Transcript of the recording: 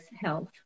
health